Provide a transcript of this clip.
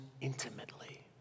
intimately